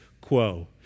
quo